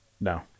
No